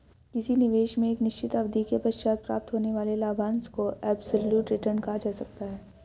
किसी निवेश में एक निश्चित अवधि के पश्चात प्राप्त होने वाले लाभांश को एब्सलूट रिटर्न कहा जा सकता है